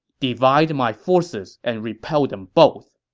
divide my forces and repel them both.